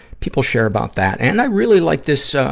people share about that. and i really like this, ah,